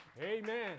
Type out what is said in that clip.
Amen